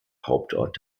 hauptort